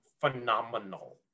phenomenal